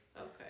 okay